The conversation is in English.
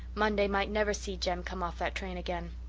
monday might never see jem come off that train again.